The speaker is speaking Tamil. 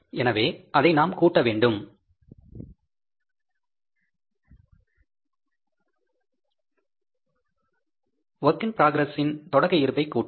எனவே அதை நாம் கூட்ட வேண்டும் வொர்க் இன் ப்ராக்ரஸ் இன் தொடக்க இருப்பை கூட்டலாம்